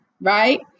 Right